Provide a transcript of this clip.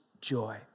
joy